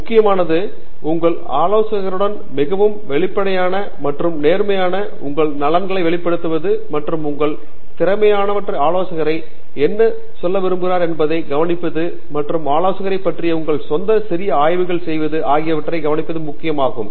எனவே முக்கியமானது உங்கள் ஆலோசகருடன் மிகவும் வெளிப்படையானது மற்றும் நேர்மையானது உங்கள் நலன்களை வெளிப்படுத்துவது மற்றும் உங்கள் திறனாய்வாளர் ஆலோசகர் என்ன சொல்லியிருக்கிறார் என்பதைக் கவனிப்பது மற்றும் ஆலோசகரைப் பற்றிய உங்கள் சொந்த சிறிய ஆய்வுகளை செய்வது ஆகியவற்றைக் கவனிப்பது முக்கியமானது